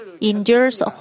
endures